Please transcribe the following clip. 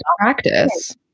practice